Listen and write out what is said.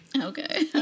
Okay